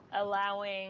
allowing